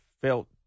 felt